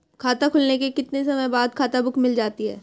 खाता खुलने के कितने समय बाद खाता बुक मिल जाती है?